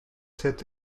set